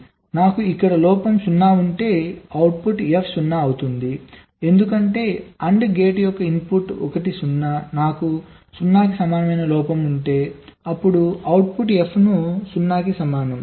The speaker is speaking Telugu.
కాబట్టి నాకు ఇక్కడ లోపం 0 ఉంటే అవుట్పుట్ F 0 అవుతుంది ఎందుకంటే AND గేట్ యొక్క ఇన్పుట్ ఒకటి 0 నాకు 0 కి సమానమైన లోపం ఉంటే అప్పుడు అవుట్పుట్ F ను 0 కి సమానం